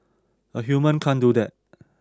a human can't do that